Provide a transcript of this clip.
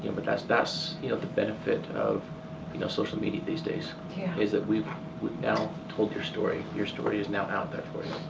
ah but that's that's you know the benefit of you know social media these days is that we've now told your story, your story is now out there for you.